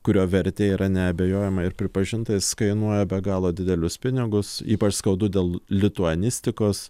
kurio vertė yra neabejojama ir pripažinta jis kainuoja be galo didelius pinigus ypač skaudu dėl lituanistikos